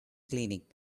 clinic